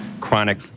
chronic